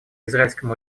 израильском